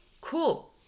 cool